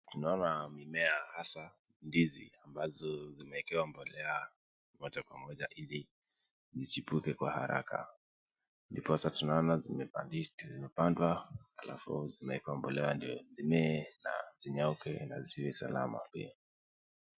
Tunaona mimea hasa ndizi ambazo zimeekewa mbolea zote pamoja ili zichipuke kwa haraka. Ndiposa tunaona zimepandwa alafu zimegombolewa ndio zimee na zinyauke na ziwe salama pia.